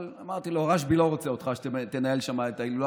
אבל אמרתי לו: רשב"י לא רוצה אותך שתנהל שם את ההילולה,